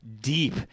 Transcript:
deep